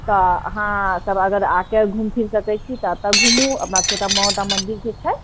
तऽ अहाँ सब अगर आके घूमफिर सकैत छी तऽ एतऽ घूमू छोटा मोटा मन्दिर जे छै